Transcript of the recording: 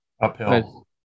uphill